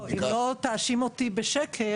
-- אם לא תאשים אותי בשקר,